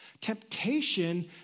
Temptation